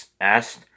asked